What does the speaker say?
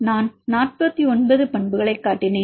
நான் 49 பண்புகளைக் காட்டினேன்